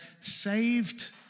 Saved